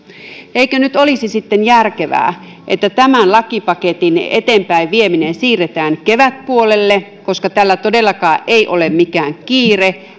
eikö nyt olisi sitten järkevää että tämän lakipaketin eteenpäinvieminen siirretään kevätpuolelle koska tällä todellakaan ei ole mikään kiire